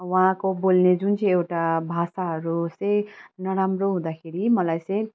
उहाँको बोल्ने जुन चाहिँ एउटा भाषाहरू जस्तै नराम्रो हुँदाखेरि मलाई चाहिँ